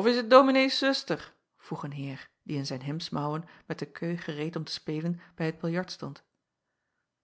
f is t ominees zuster vroeg een eer die in zijn hemdsmouwen met de queue gereed om te spelen bij t biljart stond